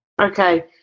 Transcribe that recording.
Okay